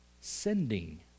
sending